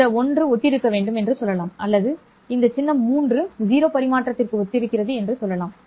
இந்த 1 ஒத்திருக்க வேண்டும் என்று சொல்லலாம் அல்லது இந்த சின்னம் 3 0 பரிமாற்றத்திற்கு ஒத்திருக்கிறது என்று சொல்லலாம்